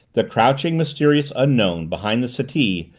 the crouching, mysterious unknown, behind the settee,